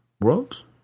Worlds